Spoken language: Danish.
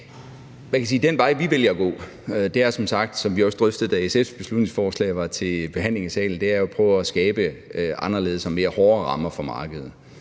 den vej, vi vælger at gå, jo som sagt er – som vi også drøftede, da SF's beslutningsforslag var til behandling i salen – at prøve at skabe anderledes og mere hårde rammer for markedet.